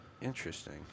Interesting